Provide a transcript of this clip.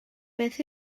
beth